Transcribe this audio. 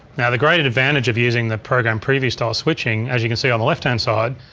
now the great advantage of using the program preview style switching as you can see on the left-hand side,